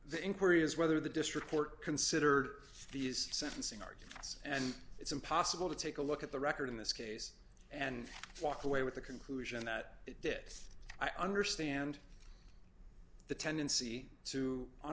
inquiry is whether the district court considered these sentencing argue and it's impossible to take a look at the record in this case and walk away with the conclusion that it did i understand the tendency to on